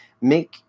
Make